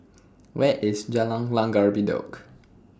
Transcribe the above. Where IS Jalan Langgar Bedok